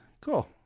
Cool